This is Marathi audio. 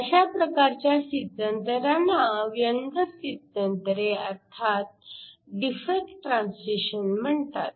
अशा प्रकारच्या स्थित्यंतरांना व्यंग स्थित्यंतरे अर्थात डिफेक्ट ट्रान्सिशन म्हणतात